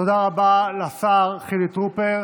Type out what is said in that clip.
תודה רבה לשר חילי טרופר.